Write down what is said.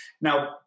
Now